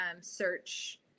search